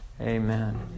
Amen